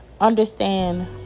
understand